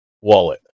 wallet